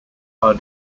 are